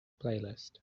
playlist